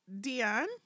Dion